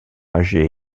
âgé